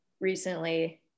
recently